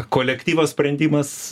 kolektyvo sprendimas